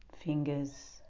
fingers